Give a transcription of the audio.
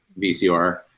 VCR